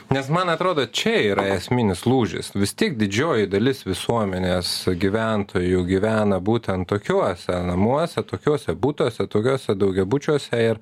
nes man atrodo čia yra esminis lūžis vis tiek didžioji dalis visuomenės gyventojų gyvena būtent tokiuose namuose tokiuose butuose tokiuose daugiabučiuose ir